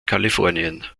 kalifornien